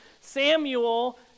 Samuel